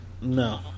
No